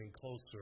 closer